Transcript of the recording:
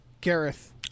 gareth